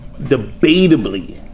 Debatably